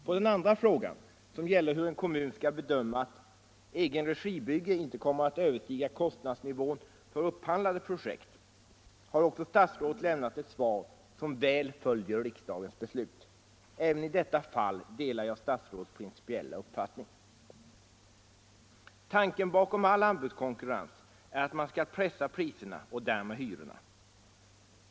På den andra frågan, som gäller hur en kommun skall bedöma att egenregibygge inte kommer att överstiga kostnadsnivån för upphandlade projekt, har också statsrådet lämnat ett svar som väl följer riksdagens beslut. Även i detta fall delar jag statsrådets principiella uppfattning. Tanken bakom all anbudskonkurrens är att man skall pressa priserna och därmed hyrorna.